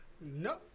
No